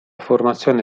formazione